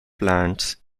plants